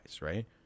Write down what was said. right